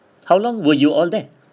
how long were you all there